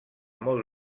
molt